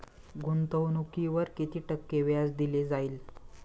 गुंतवणुकीवर किती टक्के व्याज दिले जाईल?